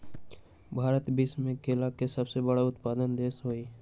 भारत विश्व में केला के सबसे बड़ उत्पादक देश हई